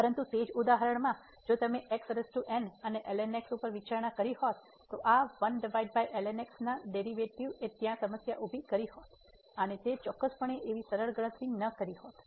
પરંતુ તે જ ઉદાહરણમાં જો તમે અને ઉપર વિચારણા કરી હોત તો આ ના ડેરિવેટિવ એ ત્યાં સમસ્યા ઉભી કરી હોત અને તે ચોક્કસપણે એવી સરળ ગણતરી ન કરી હોત